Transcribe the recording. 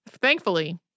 thankfully